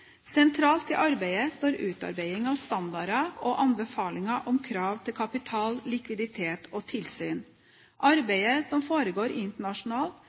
Sentralt i arbeidet står utarbeiding av standarder og anbefalinger om krav til kapital, likviditet og tilsyn. Arbeidet som foregår internasjonalt,